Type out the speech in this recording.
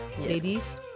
ladies